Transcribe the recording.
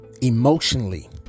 Emotionally